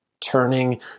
turning